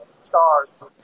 stars